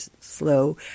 slow